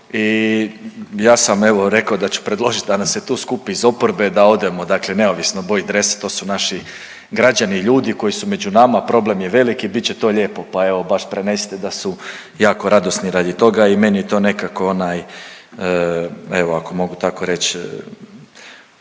i ja sam, evo, rekao da ću predložiti da nas se tu skupi iz oporbe, da odemo, dakle neovisno o boji dresa, to su naši građani i ljudi koji su među nama, problem je veliki bit će to lijepo pa evo, baš prenesite da su jako radosni radi toga i meni to nekako, onaj, evo, ako mogu tako reći,